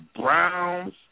Browns